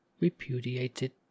repudiated